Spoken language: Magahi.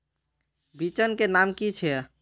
बिचन के नाम की छिये?